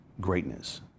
greatness